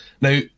Now